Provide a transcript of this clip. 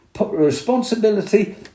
responsibility